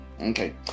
Okay